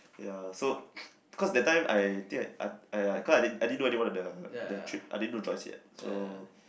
ya so cause that time I think I I cause I didn't know anyone in the trip I didn't know Joyce yet so